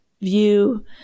view